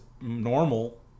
normal